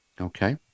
Okay